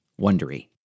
wondery